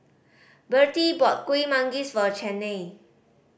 Bertie bought Kuih Manggis for Chaney